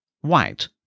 white